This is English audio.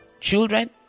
children